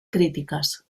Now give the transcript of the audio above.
críticas